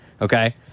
okay